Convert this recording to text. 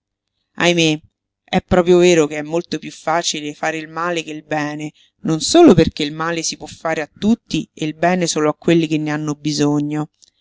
ahimè è proprio vero che è molto piú facile fare il male che il bene non solo perché il male si può fare a tutti e il bene solo a quelli che ne hanno bisogno